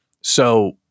So-